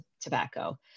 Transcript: tobacco